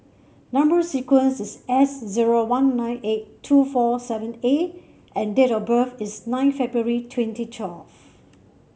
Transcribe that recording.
number sequence is S zero one nine eight two four seven A and date of birth is nine February twenty twelve